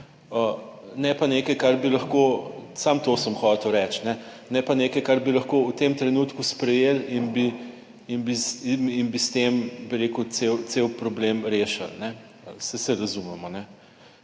ne pa nekaj, kar bi lahko, samo to sem hotel reči, ne, ne pa nekaj, kar bi lahko v tem trenutku sprejeli in bi, in bi s tem, bi rekel, cel problem rešili. Saj se razumemo,